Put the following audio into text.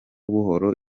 buhoro